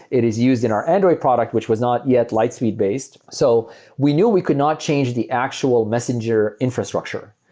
it is used in our android product, which was not yet lightspeed-based. so we knew we could not change the actual messenger infrastructure.